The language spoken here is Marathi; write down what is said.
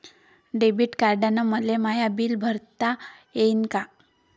डेबिट कार्डानं मले माय बिल भरता येईन का?